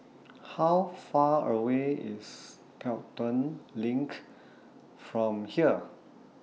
How Far away IS Pelton LINK from here